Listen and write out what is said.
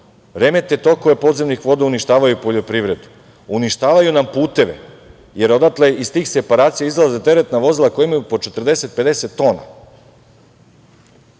remete tokove podzemnih voda, uništavaju poljoprivredu, uništavaju nam puteve, jer iz tih separacija izlaze teretna vozila koja imaju po 40, 50 tona.